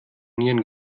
nieren